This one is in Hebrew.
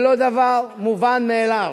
זה לא דבר מובן מאליו.